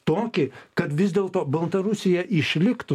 tokį kad vis dėlto baltarusija išliktų